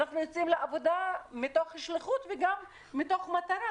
אנחנו יוצאים לעבודה מתוך שליחות וגם מתוך מטרה,